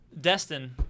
Destin